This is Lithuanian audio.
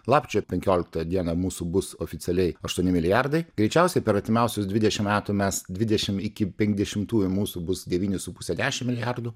lapkričio penkioliktą dieną mūsų bus oficialiai aštuoni milijardai greičiausiai per artimiausius dvidešim metų mes dvidešim iki penkiasdešimtųjų mūsų bus devyni su puse dešim milijardų